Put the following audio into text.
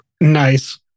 Nice